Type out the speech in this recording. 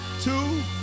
two